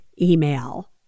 email